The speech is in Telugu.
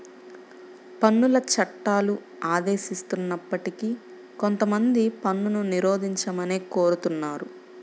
పన్నుల చట్టాలు ఆదేశిస్తున్నప్పటికీ కొంతమంది పన్నును నిరోధించమనే కోరుతున్నారు